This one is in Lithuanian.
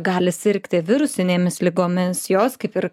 gali sirgti virusinėmis ligomis jos kaip ir